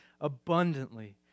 abundantly